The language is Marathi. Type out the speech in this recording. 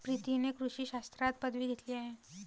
प्रीतीने कृषी शास्त्रात पदवी घेतली आहे